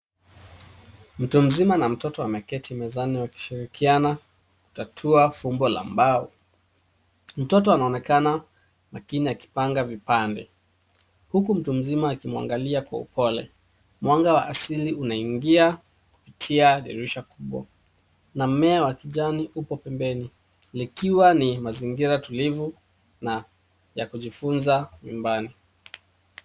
Mtu mzima na mtoto wameketi mezani wakishirikiana kutatua fumbo la mbao. Mtoto anaonekana makini akipanga vipande, huku mtu mzima akimwangalia kwa upole. Mwanga wa asili unaingia kupitia dirisha kubwa na mmea wa kijani uko pembeni, likiwa ni mazingira tulivu na ya kujifunza nyumbani.